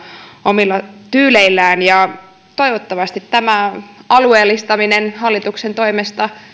omilla tyyleillään toivottavasti tämä alueellistaminen hallituksen toimesta